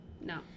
No